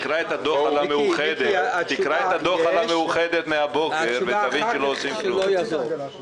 תקרא את הדוח על המאוחדת מהבוקר, ותבין שלא יעזור.